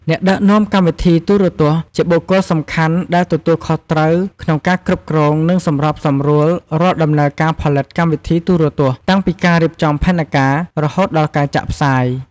អ្នកដឹកនាំកម្មវិធីទូរទស្សន៍ ជាបុគ្គលសំខាន់ដែលទទួលខុសត្រូវក្នុងការគ្រប់គ្រង និងសម្របសម្រួលរាល់ដំណើរការផលិតកម្មវិធីទូរទស្សន៍ តាំងពីការរៀបចំផែនការ រហូតដល់ការចាក់ផ្សាយ។